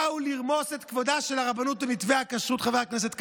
כשבאו לרמוס את כבודה של הרבנות במתווה הכשרות חבר הכנסת כהנא,